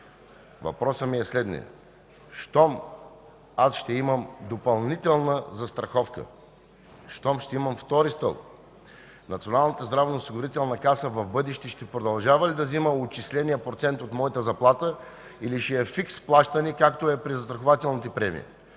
Въпросът ми е следният: щом аз ще имам допълнителна застраховка, щом ще имам втори стълб, Националната здравноосигурителна каса в бъдеще ще продължава ли да взима отчисления процент от моята заплата, или ще е фикс плащане, както е при застрахователните премии?